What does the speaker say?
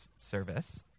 service